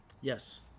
yes